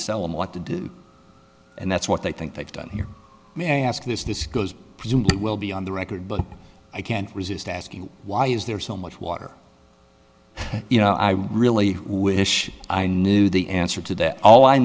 to tell him what to do and that's what they think they've done here may i ask this this goes presumably will be on the record but i can't resist asking why is there so much water you know i really wish i knew the answer to that all i